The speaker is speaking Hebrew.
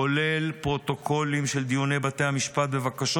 כולל פרוטוקולים של דיוני בתי המשפט בבקשות